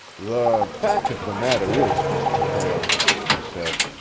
the fact of the matter is, mr. prale, he said,